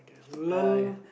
K lol